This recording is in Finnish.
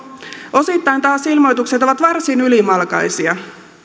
osittain taas ilmoitukset ovat varsin ylimalkaisia